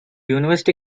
university